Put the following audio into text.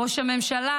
ראש הממשלה,